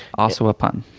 also a pun.